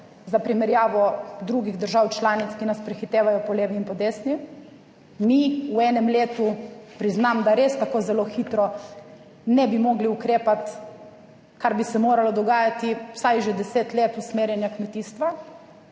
za primerjavo drugih držav članic, ki nas prehitevajo po levi in po desni, mi v enem letu, priznam, da res tako zelo hitro ne bi mogli ukrepati, kar bi se moralo dogajati vsaj že deset let usmerjanja kmetijstva,